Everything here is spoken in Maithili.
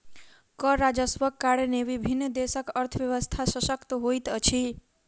कर राजस्वक कारणेँ विभिन्न देशक अर्थव्यवस्था शशक्त होइत अछि